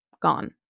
gone